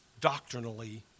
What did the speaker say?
doctrinally